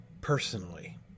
personally